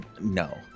no